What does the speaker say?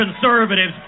conservatives